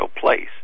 place